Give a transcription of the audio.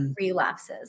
relapses